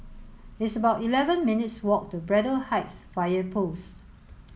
it's about eleven minutes' walk to Braddell Heights Fire Post